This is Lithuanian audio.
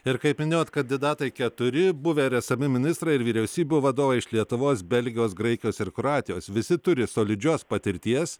ir kaip minėjot kandidatai keturi buvę ir esami ministrai ir vyriausybių vadovai iš lietuvos belgijos graikijos ir kroatijos visi turi solidžios patirties